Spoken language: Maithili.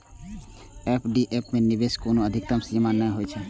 एफ.डी मे निवेश के कोनो अधिकतम सीमा नै होइ छै